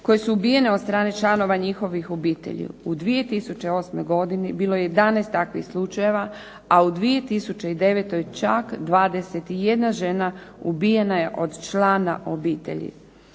koje su ubijene od strane članova njihovih obitelji. U 2008. godini bilo je 11 takvih slučajeva, a u 2009. čak 21 žena ubijena je od člana obitelji.